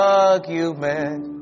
argument